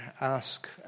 ask